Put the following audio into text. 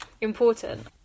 important